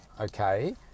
okay